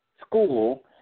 school